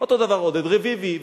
אותו דבר עודד רביבי,